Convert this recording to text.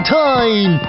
time